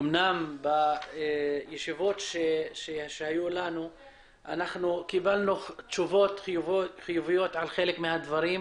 אמנם בישיבות שהיו לנו קיבלנו תשובות חיוביות על חלק מהדברים.